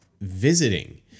Visiting